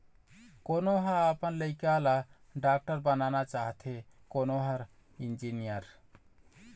कोनो ह अपन लइका ल डॉक्टर बनाना चाहथे, कोनो ह इंजीनियर